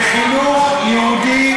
וחינוך יהודי